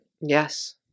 Yes